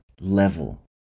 level